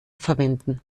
verwenden